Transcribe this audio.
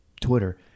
Twitter